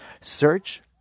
Search